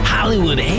Hollywood